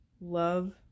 love